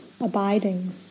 abiding